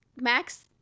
Max